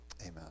amen